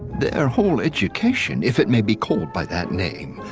their whole education, if it may be called by that name,